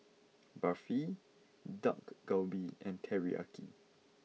Barfi Dak Galbi and Teriyaki